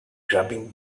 grubbing